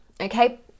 okay